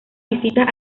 visitas